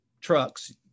trucks